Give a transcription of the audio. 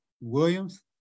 Williams